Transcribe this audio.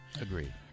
Agreed